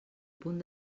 punt